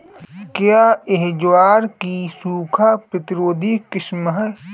क्या यह ज्वार की सूखा प्रतिरोधी किस्म है?